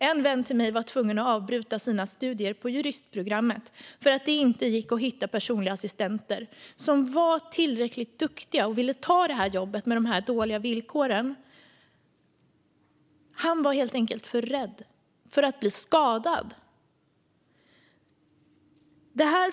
En vän till mig var tvungen att avbryta sina studier på juristprogrammet eftersom det inte gick att hitta personliga assistenter som var tillräckligt duktiga och ville ta det här jobbet med de dåliga villkoren. Han var helt enkelt för rädd för att bli skadad.